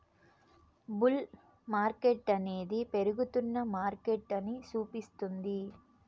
bull మార్కెట్టనేది పెరుగుతున్న మార్కెటని సూపిస్తుంది